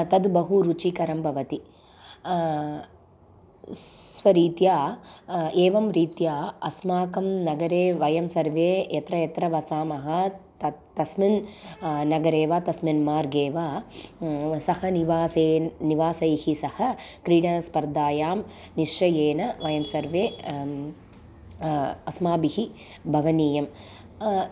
तद् बहु रुचिकरं भवति स्वरीत्या एवं रीत्या अस्माकं नगरे वयं सर्वे यत्र यत्र वसामः त तस्मिन् नगरे वा तस्मिन् मार्गे वा सह निवासे निवासैः सह क्रीडनस्पर्धायां निश्चयेन वयं सर्वे अस्माभिः भवनीयं